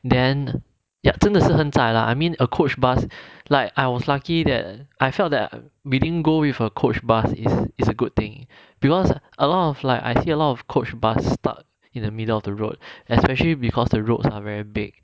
then ya 真的是很窄 lah I mean a coach bus like I was lucky that I felt that we didn't go with a coach bus is it's a good thing because a lot of like I see a lot of coach bus stuck in the middle of the road especially because the roads are very big